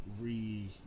re